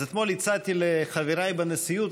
אתמול הצעתי לחבריי בנשיאות,